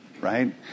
Right